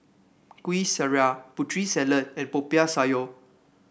Kuih Syara Putri Salad and Popiah Sayur